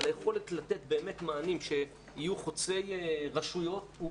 אבל היכולת לתת באמת מענים שיהיו חוצי רשויות הוא